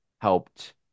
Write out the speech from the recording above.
helped